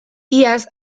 iaz